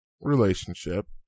relationship